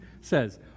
says